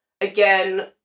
again